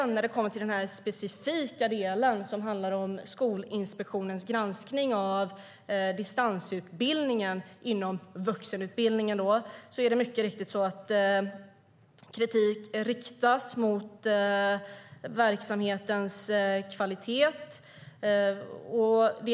När det sedan gäller den här specifika delen om Skolinspektionens granskning av distansutbildningen inom vuxenutbildningen riktas det mycket riktigt kritik mot verksamhetens kvalitet.